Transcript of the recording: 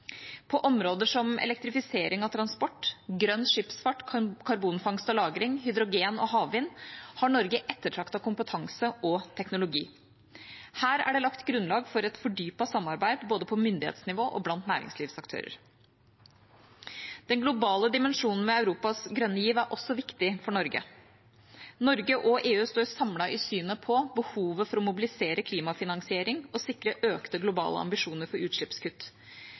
På områder som elektrifisering av transport, grønn skipsfart, karbonfangst og -lagring, hydrogen og havvind har Norge ettertraktet kompetanse og teknologi. Her er det lagt grunnlag for et fordypet samarbeid både på myndighetsnivå og blant næringslivsaktører. Den globale dimensjonen ved Europas grønne giv er også viktig for Norge. Norge og EU står samlet i synet på behovet for å mobilisere klimafinansiering og sikre økte globale ambisjoner for utslippskutt.